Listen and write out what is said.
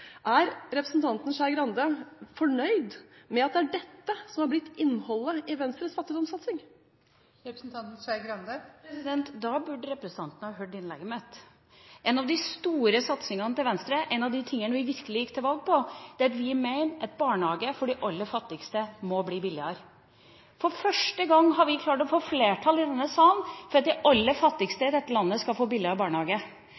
Er representanten Skei Grande fornøyd med at det er dette som er blitt innholdet i Venstres fattigdomssatsing? Da burde representanten hørt innlegget mitt. En av de store satsingene til Venstre og en av de tingene vi gikk til valg på, er at vi mener at barnehage for de aller fattigste må bli billigere. For første gang har vi klart å få flertall i denne salen for at de aller